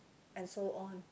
and so on